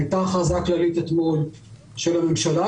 הייתה הכרזה כללית אתמול של הממשלה.